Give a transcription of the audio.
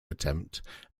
attempt